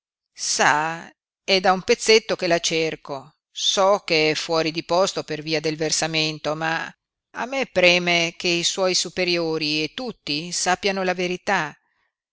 è da un pezzetto che la cerco so che è fuori di posto per via del versamento ma a me preme che i suoi superiori e tutti sappiano la verità